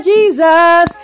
Jesus